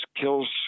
kills